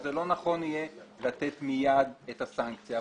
שזה לא נכון יהיה לתת מיד את הסנקציה,